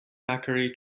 macquarie